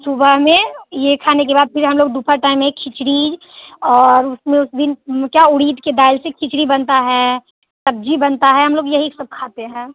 सुबह में ये खाने के बाद फिर हम लोग दुपहर टाइम में खिचड़ी और उसमें उस दिन क्या उड़द की दाल से खिचड़ी बनता है सब्ज़ी बनता है हम लोग यही सब खाते हैं